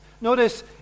Notice